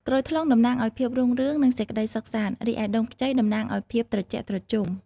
ក្រូចថ្លុងតំណាងឲ្យភាពរុងរឿង និងសេចក្តីសុខសាន្ត រីឯដូងខ្ចីតំណាងឲ្យភាពត្រជាក់ត្រជុំ។